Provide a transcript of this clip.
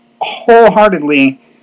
wholeheartedly